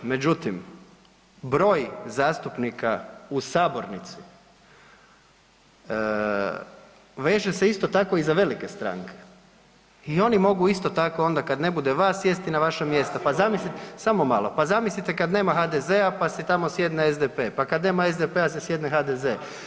Međutim, broj zastupnika u sabornici veže se isto tako i za velike stranke i oni mogu isto tako onda kad ne bude vas sjesti na vaše mjesto, pa zamislite … [[Upadica iz klupe se ne razumije]] samo malo, pa zamislite kad nema HDZ-a, pa si tamo sjedne SDP, pa kad nema SDP-a se sjedne HDZ.